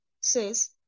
says